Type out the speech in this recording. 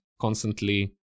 constantly